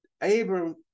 Abram